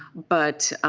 but